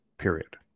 Period